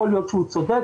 יכול להיות שהוא צודק,